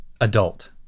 adult